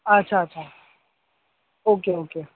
अच्छा अच्छा okay okay